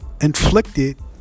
inflicted